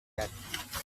death